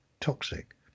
toxic